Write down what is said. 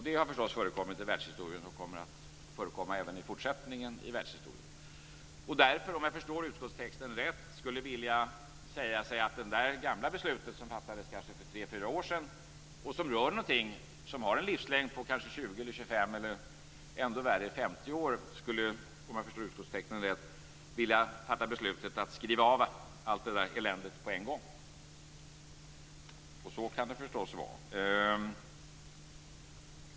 Det har förstås förekommit i världshistorien och kommer att förekomma även i fortsättningen. Om jag förstår utskottstexten rätt skulle en regering när det gäller ett gammalt beslut som fattades för kanske tre fyra år sedan och som rör något som har en livslängd på kanske 20-25 år eller ännu värre 50 år, därför vilja fatta beslutet att skriva av allt det eländet på en gång. Och så kan det förstås vara.